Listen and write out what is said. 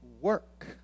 work